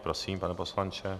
Prosím, pane poslanče.